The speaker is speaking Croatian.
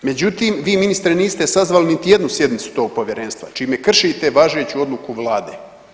Međutim, vi ministre niste sazvali niti jednu sjednicu tog povjerenstvo čime kršite važeću odluku vlade.